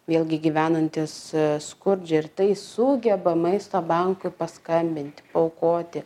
vėlgi gyvenantys skurdžiai ir tai sugeba maisto bankui paskambinti paaukoti